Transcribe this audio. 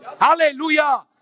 Hallelujah